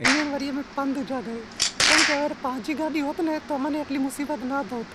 ایئں ام پندھ جاتا رہیا چمکہ اماری پانجی گاڈی ہونت تو امیں اتلی مصیبت ناں تھینت،